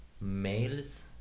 males